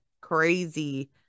crazy